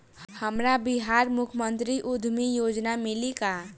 हमरा बिहार मुख्यमंत्री उद्यमी योजना मिली का?